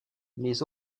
les